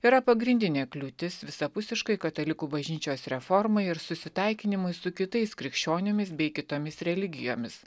yra pagrindinė kliūtis visapusiškai katalikų bažnyčios reformai ir susitaikinimui su kitais krikščionimis bei kitomis religijomis